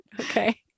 Okay